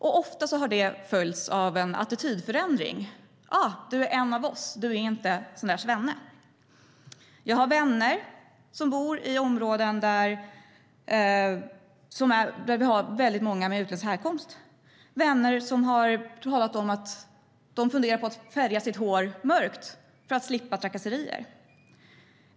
Ofta har det följts av en attitydförändring: "Ah, du är en av oss! Du är inte en sådan där svenne. "Jag har vänner som bor i områden där det finns många med utländsk härkomst. Det är vänner som har talat om att de funderar på att färga sitt hår mörkt för att slippa trakasserier.